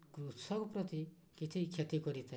କୃଷକ ପ୍ରତି କିଛି କ୍ଷତି କରିଥାଏ